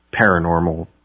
paranormal